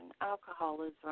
alcoholism